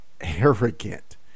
arrogant